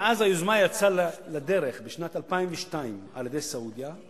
מאז היוזמה יצאה לדרך בשנת 2002 על-ידי סעודיה,